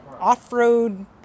off-road